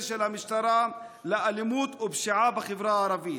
של המשטרה לאלימות ולפשיעה בחברה הערבית.